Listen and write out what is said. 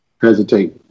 hesitate